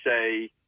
say